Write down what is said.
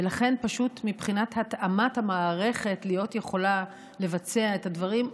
ולכן מבחינת התאמת המערכת כדי שתהיה יכולה לבצע את הדברים,